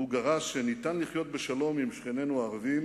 והוא גרס שניתן לחיות בשלום עם שכנינו הערבים